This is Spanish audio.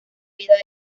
vida